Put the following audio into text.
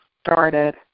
started